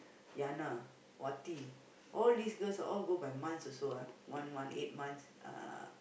Yana Wati all these girls ah all go by months also lah one month eight months uh